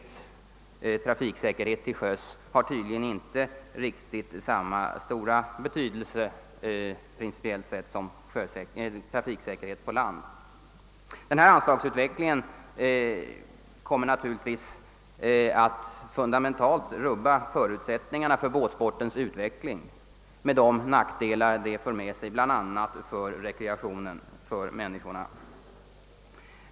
Trafiksäkerheten till sjöss tillmäts tydligen inte riktigt samma stora betydelse principiellt sett som trafiksäkerheten på land. Denna anslagsutveckling kommer naturligtvis att fundamentalt rubba förutsättningarna för båtsportens utveckling med de nackdelar det för med sig, bl.a. för människornas rekreation.